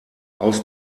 aus